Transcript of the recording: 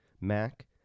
Mac